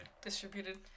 Distributed